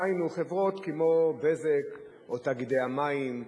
דהיינו, חברות כמו "בזק", או תאגידי המים,